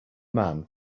man